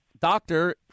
doctor